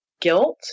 guilt